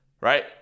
right